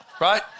Right